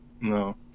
No